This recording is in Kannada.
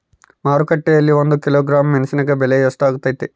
ಮಾರುಕಟ್ಟೆನಲ್ಲಿ ಒಂದು ಕಿಲೋಗ್ರಾಂ ಮೆಣಸಿನಕಾಯಿ ಬೆಲೆ ಎಷ್ಟಾಗೈತೆ?